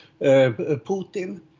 Putin